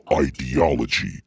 ideology